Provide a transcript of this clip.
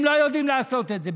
הם לא יודעים לעשות את זה.